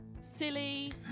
silly